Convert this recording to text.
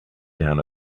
down